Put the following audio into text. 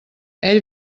ell